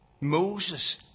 Moses